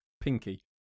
pinky